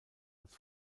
als